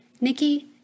nikki